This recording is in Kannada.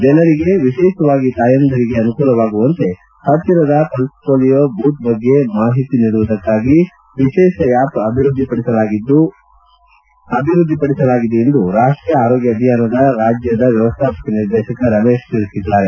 ಜನರಿಗೆ ವಿಶೇಷವಾಗಿ ತಾಯಂದಿರಿಗೆ ಅನುಕೂಲವಾಗುವಂತೆ ಹತ್ತಿರದ ಹೊಲೀಯೋ ಬೂತ್ ಬಗ್ಗೆ ಮಾಹಿತಿ ನೀಡುವುದಕ್ಕಾಗಿ ವಿಶೇಷ ಆ್ಯಪ್ ಅಭಿವೃದ್ಧಿಪಡಿಸಲಾಗಿದೆ ಎಂದು ರಾಷ್ಟೀಯ ಆರೋಗ್ಯ ಅಭಿಯಾನದ ರಾಜ್ಯದ ವ್ಣವಸ್ಥಾಪಕ ನಿರ್ದೇಶಕ ರಮೇಶ್ ತಿಳಿಸಿದ್ದಾರೆ